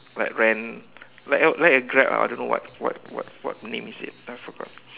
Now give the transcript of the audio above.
like rent like a like a Grab ah I don't know what what what name it is I forgot